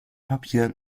papier